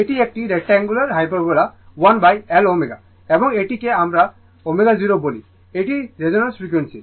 এটি একটি rectangular hyperbola onel ω এবং এটিকে আমরা ω0 বলি এটি রেজোন্যান্স ফ্রিকোয়েন্সি